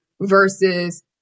versus